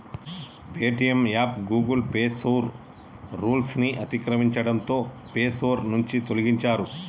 Paytm app Google play store rules ని అతిక్రమించడంతో play store నుంచి తొలగించారు